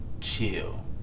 chill